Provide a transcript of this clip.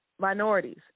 minorities